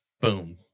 Boom